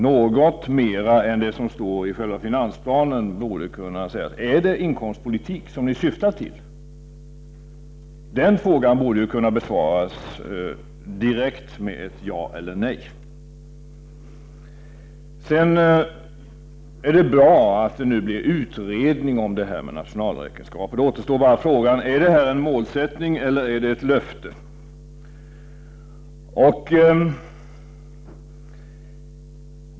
Något mera än det som står i finansplanen borde kunna nämnas. Är det inkomstpolitik som ni syftar till? Den frågan borde ju kunna besvaras direkt med ett ja eller ett nej. Det är bra att det nu blir en utredning om nationalräkenskaperna. Frågan är då bara: Är detta en målsättning eller ett löfte?